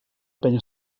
penya